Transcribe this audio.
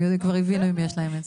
הם כבר הבינו עם מי יש להם עסק.